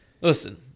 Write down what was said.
Listen